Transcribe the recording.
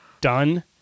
done